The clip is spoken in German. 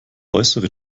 äußere